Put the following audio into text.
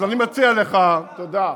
אז אני מציע לך, תודה.